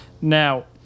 Now